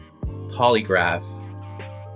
polygraph